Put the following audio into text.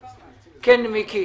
כן, מיקי.